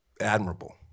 admirable